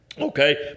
Okay